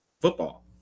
football